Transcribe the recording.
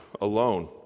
alone